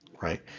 right